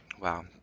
Wow